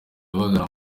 bagana